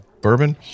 bourbon